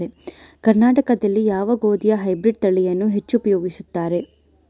ಕರ್ನಾಟಕದಲ್ಲಿ ಯಾವ ಗೋಧಿಯ ಹೈಬ್ರಿಡ್ ತಳಿಯನ್ನು ಹೆಚ್ಚು ಉಪಯೋಗಿಸುತ್ತಾರೆ?